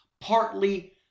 partly